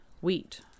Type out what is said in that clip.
wheat